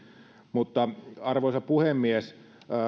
arvoisa puhemies